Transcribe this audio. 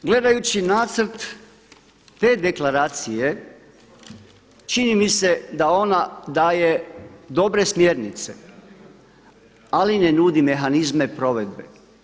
Gledajući nacrt te deklaracije, čini mi se da ona daje dobre smjernice, ali ne nudi mehanizme provedbe.